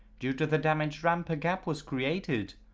due to the damaged ramp a gap was created.